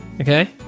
Okay